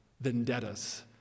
vendettas